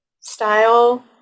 style